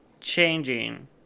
changing